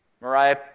Mariah